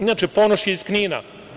Inače, Ponoš je iz Knina.